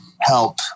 help